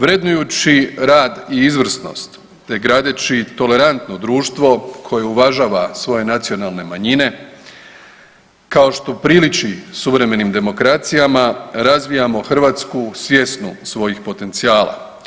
Vrednujući rad i izvrsnost te gradeći tolerantno društvo koje uvažava svoje nacionalne manjine kao što priliči suvremenim demokracijama razvijamo Hrvatsku svjesnu svojih potencijala.